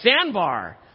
sandbar